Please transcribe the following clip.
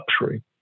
luxury